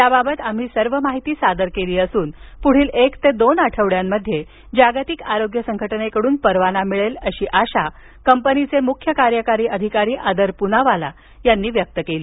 याबाबत आम्ही सर्व माहिती सादर केली असून पुढील एक ते दोन आठवड्यांमध्ये जागतिक आरोग्य संघटनेकडून परवाना मिळेल अशी आशा कंपनीचे मुख्य कार्यकारी अधिकारी आदर पूनावाला यांनी व्यक्त केली